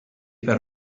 per